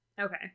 Okay